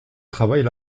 travaille